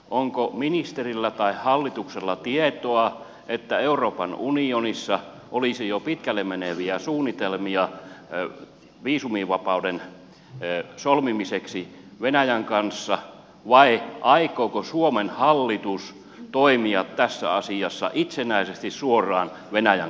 onko ministerillä tai hallituksella tietoa siitä että euroopan unionissa olisi jo pitkälle meneviä suunnitelmia viisumivapauden solmimiseksi venäjän kanssa vai aikooko suomen hallitus toimia tässä asiassa itsenäisesti suoraan venäjän kanssa